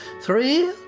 three